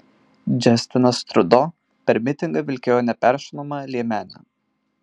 džastinas trudo per mitingą vilkėjo neperšaunamą liemenę